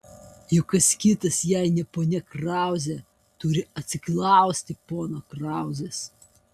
juk kas kitas jei ne ponia krauzė turi atsiklausti pono krauzės